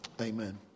Amen